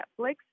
Netflix